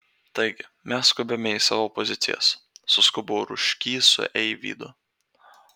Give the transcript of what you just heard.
taigi mes skubame į savo pozicijas suskubo ruškys su eivydu